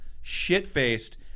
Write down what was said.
shit-faced